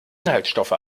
inhaltsstoffe